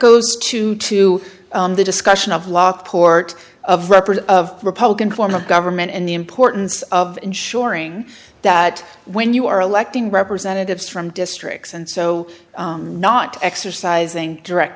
goes to to the discussion of lockport represent of republican form of government and the importance of ensuring that when you are electing representatives from districts and so not exercising direct